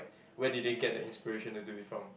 where did they get the inspiration to do it from